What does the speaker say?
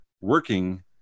working